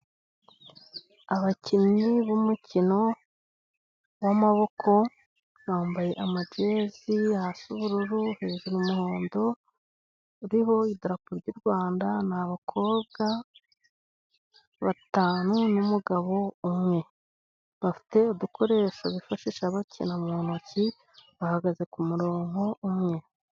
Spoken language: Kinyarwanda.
Abakinnyi b'umukino w'amaboko, bambaye amajezi hasi ubururu, hejuru umuhondo, uriho idarapo ry'u Rwanda. Ni abakobwa batanu n'umugabo umwe, bafite udukoresho bifashisha bakina mu ntoki, bahagaze ku murongo umwe.